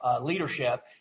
leadership